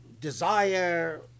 desire